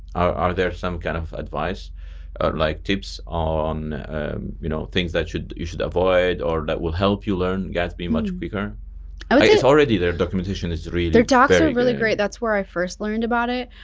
are there some kind of advice like tips on you know things that you should avoid or that will help you learn gatsby much quicker? like it's already their documentation is really their docs are really great. that's where i first learned about it.